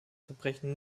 verbrechen